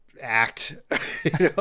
act